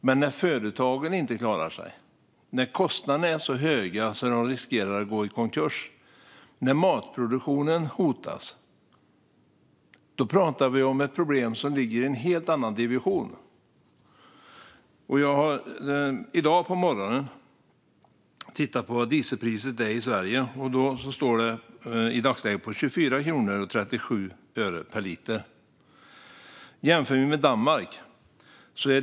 Men när företagen inte klarar sig, när kostnaderna är så höga att företagen riskerar att gå i konkurs och när matproduktionen hotas talar vi om ett problem som ligger i en helt annan division. I morse tittade jag på vad dieselpriset är i Sverige. I dagsläget står det på 24,37 kronor per liter. Låt oss jämföra med Danmark.